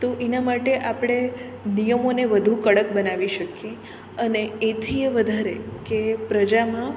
તો એના માટે આપણે નિયમોને વધુ કડક બનાવી શકીએ અને એથીય વધારે કે પ્રજામાં